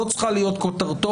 זו צריכה להיות כותרתו,